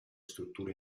strutture